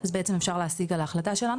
אז בעצם אפשר להשיג על ההחלטה שלנו,